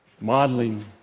modeling